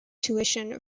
tuition